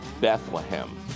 Bethlehem